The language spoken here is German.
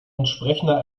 entsprechender